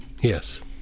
Yes